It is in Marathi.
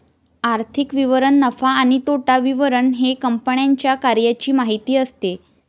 आर्थिक विवरण नफा आणि तोटा विवरण हे कंपन्यांच्या कार्याची माहिती असते